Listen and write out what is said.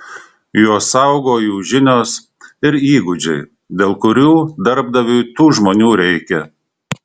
juos saugo jų žinios ir įgūdžiai dėl kurių darbdaviui tų žmonių reikia